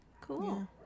cool